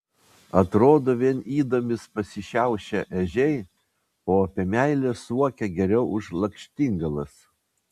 atrodo vien ydomis pasišiaušę ežiai o apie meilę suokia geriau už lakštingalas